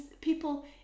people